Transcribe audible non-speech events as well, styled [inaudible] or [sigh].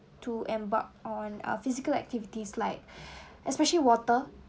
to embark on ah physical activities like [breath] especially water